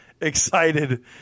excited